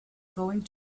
going